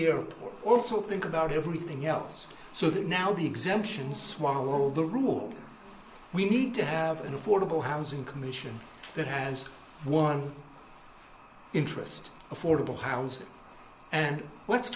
or also think about everything else so that now the exemption swallowed the rule we need to have an affordable housing commission that has one interest affordable housing and let's